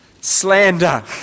slander